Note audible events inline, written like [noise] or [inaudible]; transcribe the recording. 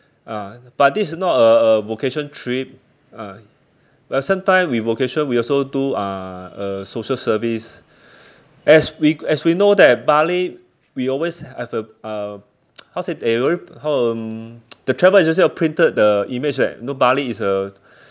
ah but this is not a a vocation trip uh but sometime we vocation we also do uh a social service as we as we know that Bali we always have a uh [noise] how to say they already how um the travel agency already printed the image that know Bali is a